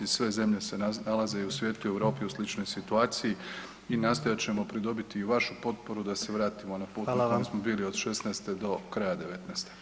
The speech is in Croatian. Sve zemlje se nalaze i u svijetu i u Europi u sličnoj situaciji i nastojat ćemo pridobiti i vašu potporu da se vratimo na put na kojem smo bili od '16. do kraja '19.